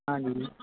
ਹਾਂਜੀ